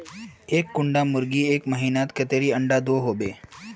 एक कुंडा मुर्गी एक महीनात कतेरी अंडा दो होबे?